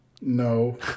No